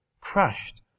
crushed